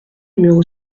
numéro